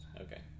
Okay